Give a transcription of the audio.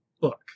book